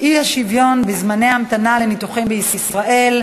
אי-שוויון בזמני ההמתנה לניתוחים בישראל,